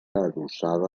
adossada